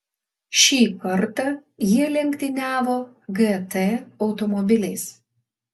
šį kartą jie lenktyniavo gt automobiliais